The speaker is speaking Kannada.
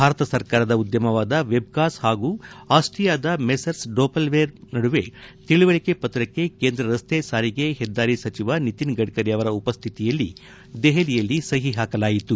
ಭಾರತ ಸರ್ಕಾರದ ಉದ್ಯಮವಾದ ವೆಬ್ಕಾಸ್ ಹಾಗೂ ಆಸ್ಟೀಯಾದ ಮೆಸರ್ಲ್ ಡೋಪೆಲ್ಮೇರ್ ನಡುವೆ ತಿಳುವಳಿಕೆ ಪತ್ರಕ್ಷೆ ಕೇಂದ್ರ ರಸ್ತೆ ಸಾರಿಗೆ ಹೆದ್ದಾರಿ ಸಚಿವ ನಿತಿನ್ ಗಡ್ಕರಿ ಅವರ ಉಪಸ್ಥಿತಿಯಲ್ಲಿ ದೆಹಲಿಯಲ್ಲಿ ಸಹಿ ಹಾಕಲಾಯಿತು